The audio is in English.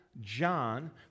John